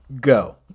Go